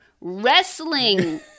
wrestling